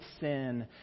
sin